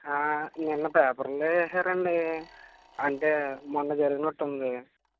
నిన్నపేపర్లో వేశారండి అంటే మొన్న జరిగినట్టుంది